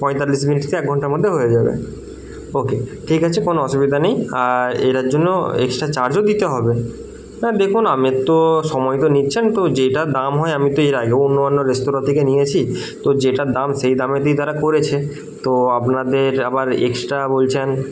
পঁয়তাল্লিশ মিনিট থেকে এক ঘণ্টার মধ্যে হয়ে যাবে ওকে ঠিক আছে কোনও অসুবিধা নেই আর এটার জন্য এক্সটা চার্জও দিতে হবে হ্যাঁ দেখুন আপনি তো সময় তো নিচ্ছেন তো যেটা দাম হয় আমি তো এর আগেও অন্য অন্য রেস্তরাঁ থেকে নিয়েছি তো যেটার দাম সেই দামেতেই তারা করেছে তো আপনাদের আবার এক্সট্রা বলছেন